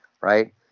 Right